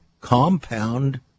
compound